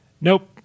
Nope